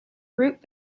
root